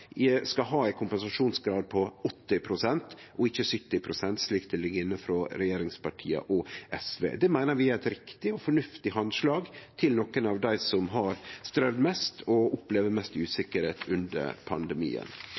skal ha ei kompensasjonsgrad på 80 pst. og ikkje 70 pst., slik det ligg inne frå regjeringspartia og SV. Det meiner vi er eit riktig og fornuftig handslag til nokre av dei som har strevd mest og opplevd mest usikkerheit under pandemien.